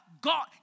God